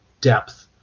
depth